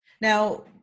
Now